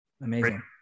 amazing